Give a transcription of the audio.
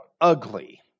ugly